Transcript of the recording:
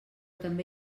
també